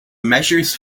measures